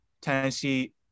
Tennessee